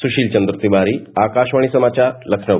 सुशील चन्द्र तिवारी आकाशवाणी समाचार लखनऊ